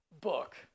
book